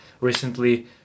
recently